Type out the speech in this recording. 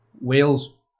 Wales